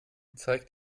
zeigt